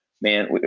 man